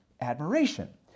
admiration